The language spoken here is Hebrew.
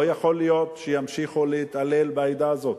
לא יכול להיות שימשיכו להתעלל בעדה הזאת.